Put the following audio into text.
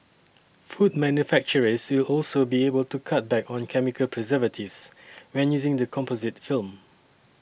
food manufacturers will also be able to cut back on chemical preservatives when using the composite film